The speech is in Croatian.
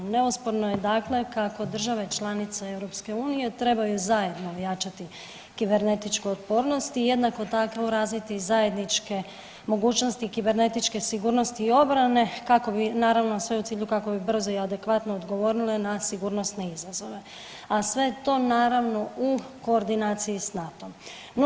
Neosporno je kako države članice EU trebaju zajedno ojačati kibernetičku otpornost i jednako tako razviti zajedničke mogućnosti kibernetičke sigurnosti i obrane kako bi naravno sve u cilju kako bi brzo i adekvatno odgovorili na sigurnosne izazove, a sve to naravno u koordinaciji s NATO-om.